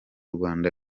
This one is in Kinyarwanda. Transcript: rwanda